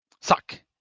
suck